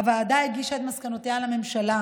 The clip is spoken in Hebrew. הוועדה הגישה את מסקנותיה לממשלה.